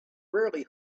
rarely